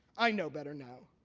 i know better now.